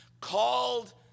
called